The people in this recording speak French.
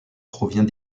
provient